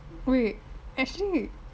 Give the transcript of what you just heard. wait actually